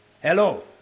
Hello